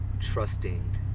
trusting